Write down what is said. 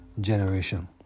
generation